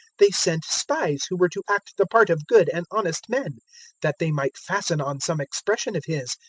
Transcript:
they sent spies who were to act the part of good and honest men that they might fasten on some expression of his,